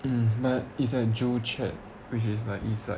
mm but is at joo chiat which is like east side